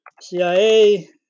CIA